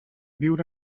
viure